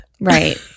Right